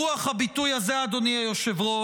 ברוח הביטוי הזה, אדוני היושב-ראש,